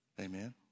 Amen